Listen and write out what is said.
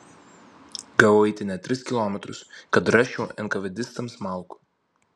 gavau eiti net tris kilometrus kad rasčiau enkavedistams malkų